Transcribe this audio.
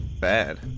bad